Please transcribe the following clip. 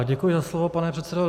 Děkuji za slovo, pane předsedo.